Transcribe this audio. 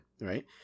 right